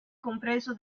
compreso